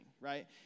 right